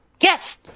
Yes